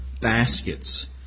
baskets